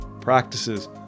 practices